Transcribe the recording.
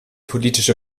politische